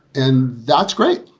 and that's great.